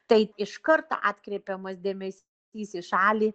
tai iš karto atkreipiamas dėmesys į šalį